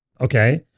Okay